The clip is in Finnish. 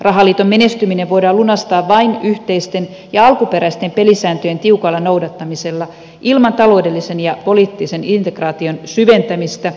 rahaliiton menestyminen voidaan lunastaa vain yhteisten ja alkuperäisten pelisääntöjen tiukalla noudattamisella ilman taloudellisen ja poliittisen integraation syventämistä